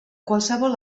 qualsevol